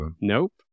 Nope